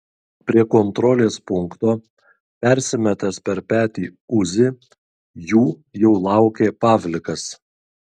prie kontrolės punkto persimetęs per petį uzi jų jau laukė pavlikas